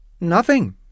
Nothing